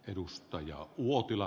arvoisa puhemies